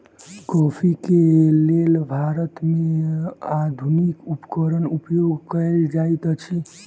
coffee के लेल भारत में आधुनिक उपकरण उपयोग कएल जाइत अछि